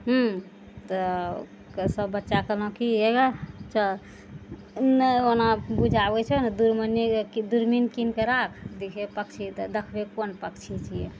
हूँ तऽ सब बच्चाके कहलहुँ की हे चल नहि ओना बुझाबय छै ने दूरमनी दूरबीन किनके राख देखय पक्षी तऽ देखबे कोन पक्षी छियै